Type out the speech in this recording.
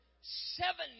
Seven